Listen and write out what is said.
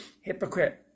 hypocrite